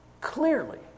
clearly